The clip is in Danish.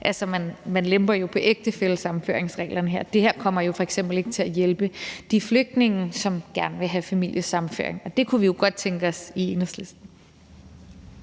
Altså, man lemper jo på ægtefællesammenføringsreglerne her. Det her kommer f.eks. ikke til at hjælpe de flygtninge, som gerne vil have familiesammenføring, og det kunne vi jo godt tænke os i Enhedslisten.